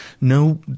no